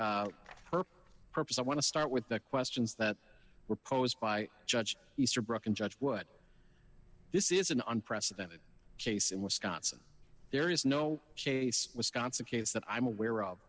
her purpose i want to start with the questions that were posed by judge easterbrook and judge wood this is an unprecedented case in wisconsin there is no chase wisconsin case that i'm aware of